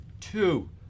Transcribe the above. Two